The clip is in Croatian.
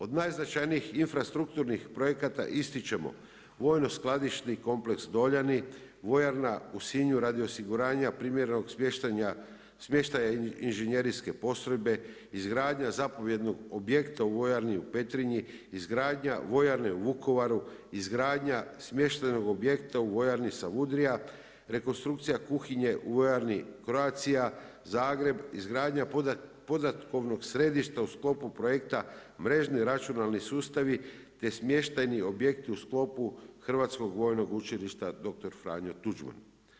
Od najznačajnijih infrastrukturnih projekata ističemo vojno skladišni kompleks Doljani, vojarna u Sinju radi osiguranja privremenog smještaja inženjerijske postrojbe, izgradnja zapovjednog objekta u vojarni u Petrinji, izgradnja vojarne u Vukovaru, izgradnja smještenog objekta u vojarni Savudrija, rekonstrukcija kuhinje u vojarni Croatia Zagreb, izgradnja podatkovnog središta u sklopu projekta mrežni računalni sustavi te smještajni objekti u sklopu Hrvatskog vojnog učilišta dr. Franjo Tuđman.